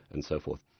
and so forth.